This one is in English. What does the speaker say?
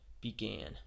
began